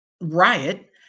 riot